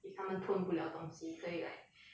if 他们吞不了东西可以 like